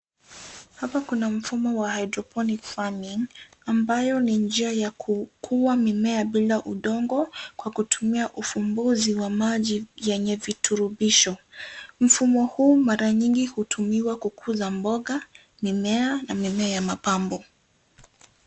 Hapa kuna mfumo wa hydrophonic Farming ambayo ni njia ya kukua mimea bila udongo kwa kutumia ufumbuzi wa maji yenye viturubisho. Mfumo huu mara nyingi hutumiwa kukuza boga, mimea na mimea ya mapambo.